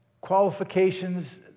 qualifications